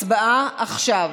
הצבעה עכשיו.